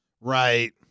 Right